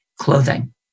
clothing